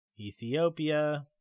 Ethiopia